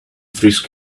frisk